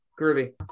Groovy